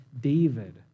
David